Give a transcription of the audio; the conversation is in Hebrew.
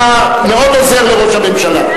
אתה מאוד עוזר לראש הממשלה.